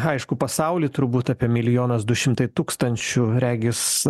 aišku pasauly turbūt apie milijonas du šimtai tūkstančių regis